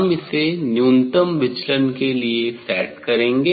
हम इसे न्यूनतम विचलन के लिए सेट करेंगे